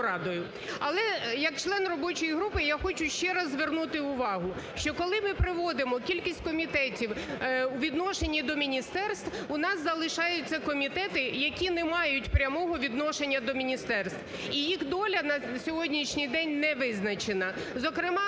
Але як член робочої групи я хочу ще раз звернути увагу, що коли ми приводимо кількість комітетів у відношенні до міністерств, у нас залишаються комітети, які не мають прямого відношення до міністерств, і їх доля на сьогоднішній день не визначена.